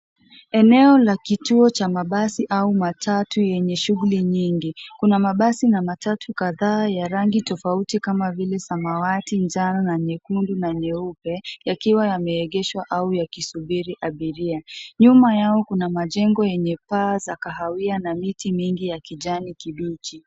Eneo la kituo cha mabasi au matatu yenye shughuli nyingi. Kuna mabasi na matatu kadhaa ya rangi tofauti kama vile samawati, njano na nyekundu, na nyeupe yakiwa yameegeshwa au yakisubiri abiria. Nyuma yao kuna majengo yenye paa za kahawia na miti mingi ya kijani kibichi.